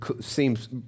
seems